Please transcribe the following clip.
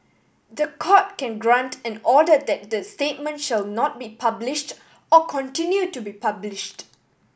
the Court can grant an order that the statement shall not be published or continue to be published